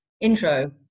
intro